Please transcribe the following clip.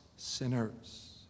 Sinners